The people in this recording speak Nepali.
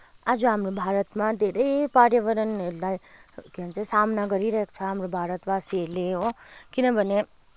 आज हाम्रो भारतमा धेरै पर्यावरणहरूलाई के भन्छ सामना गरिरहेको छ हाम्रो भारतवासीहरूले हो किनभने